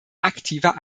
aktiver